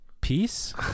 peace